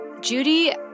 Judy